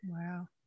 wow